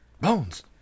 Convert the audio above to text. Bones